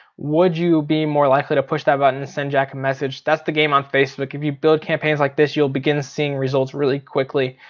would you be more likely to push that button and send jack a message? that's the game on facebook. if you build campaigns like this you'll begin seeing results really quickly.